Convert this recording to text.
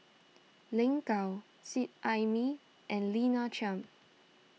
Lin Gao Seet Ai Mee and Lina Chiam